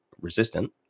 resistant